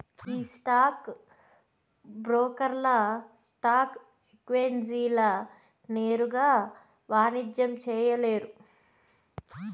ఈ స్టాక్ బ్రోకర్లు స్టాక్ ఎక్సేంజీల నేరుగా వాణిజ్యం చేయలేరు